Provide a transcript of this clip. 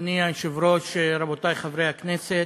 אדוני היושב-ראש, רבותי חברי הכנסת,